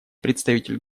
представитель